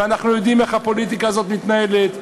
ואנחנו יודעים איך הפוליטיקה הזאת מתנהלת,